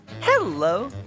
Hello